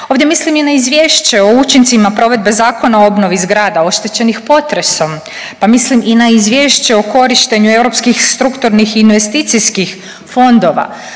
Ovdje mislim i na izvješće o učincima provedbe Zakona o obnovi zgrada oštećenih potresom, pa mislim i na izvješće o korištenju europskih strukturnih i investicijskih fondova.